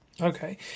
Okay